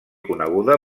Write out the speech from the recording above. coneguda